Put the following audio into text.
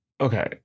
okay